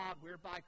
whereby